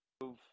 move